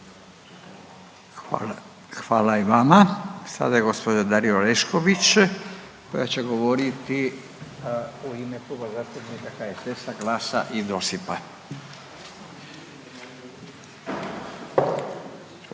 hvala i vama. Sada je gđa. Dalija Orešković koja će govoriti u ime Kluba zastupnika HSS-a, GLAS-a i DOSIP-a,